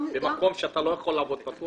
במקום שאתה לא יכול לעבוד באופן בטוח